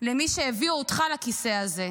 למי שהביאו אותך לכיסא הזה,